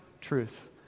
truth